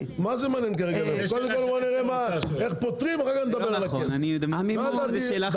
קודם נראה איך פותרים ואז נראה את הכסף, דנינו.